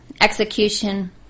execution